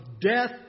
death